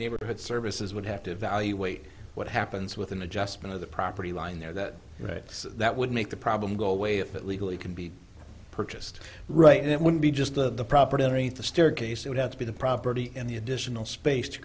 neighborhood services would have to evaluate what happens with an adjustment of the property line there that rights that would make the problem go away if it legally can be purchased right and that would be just the property every the staircase would have to be the property and the additional space to